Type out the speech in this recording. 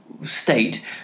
state